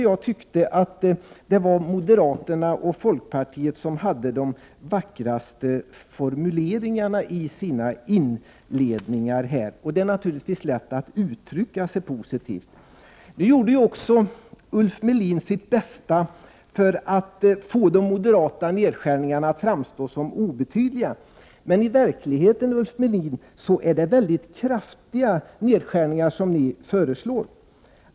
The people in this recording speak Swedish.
Jag tyckte ändock att moderaterna och folkpartiet hade de vackraste formuleringarna i sina inledningar. Det är naturligtvis lätt att uttrycka sig positivt. Ulf Melin gjorde sitt bästa för att få de moderata nedskärningarna att framstå som obetydliga. I verkligheten föreslår dock moderaterna kraftiga nedskärningar.